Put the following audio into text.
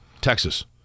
Texas